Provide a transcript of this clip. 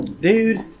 Dude